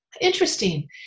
Interesting